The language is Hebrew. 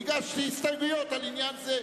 הגשתי הסתייגויות על עניין זה.